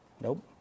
Nope